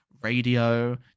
Radio